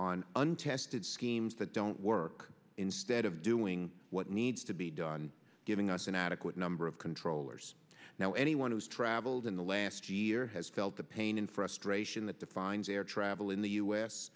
untested schemes that don't work instead of doing what needs to be done giving us an adequate number of controllers now anyone who's traveled in the last year has felt the pain and frustration that defines air travel in the u